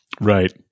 right